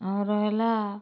ଆଉ ରହିଲା